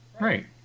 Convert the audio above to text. Right